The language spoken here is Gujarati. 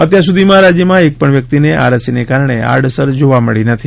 અત્યાર સુધીમાં રાજ્યમાં એકપણ વ્યક્તિને આ રસીને કારણે આડઅસર જોવા મળી નથી